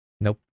Nope